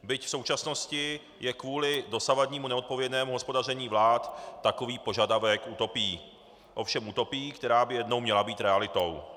Byť v současnosti je kvůli dosavadnímu neodpovědnému hospodaření vlád takový požadavek utopií, ovšem utopií, které by jednou měla být realitou.